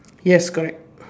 yes correct